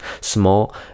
small